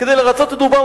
כדי לרצות את אובמה,